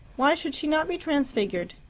why should she not be transfigured?